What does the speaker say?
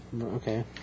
okay